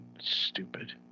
Stupid